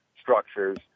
structures